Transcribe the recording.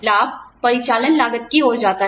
लाभ परिचालन लागत की ओर जाता है